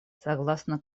согласно